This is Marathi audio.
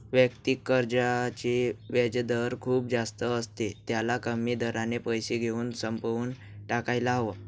वैयक्तिक कर्जाचे व्याजदर खूप जास्त असते, त्याला कमी दराने पैसे घेऊन संपवून टाकायला हव